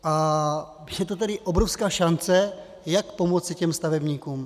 A je to tedy obrovská šance, jak pomoci těm stavebníkům.